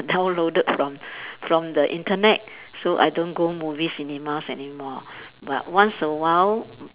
downloaded from from the internet so I don't go movies cinemas anymore but once a while mm